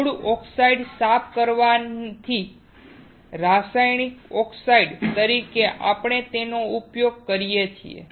મૂળ ઓક્સાઇડ સાફ કરવાથી રાસાયણિક ઓક્સાઇડ તરીકે આપણે આનો ઉપયોગ કરીએ છીએ